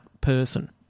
person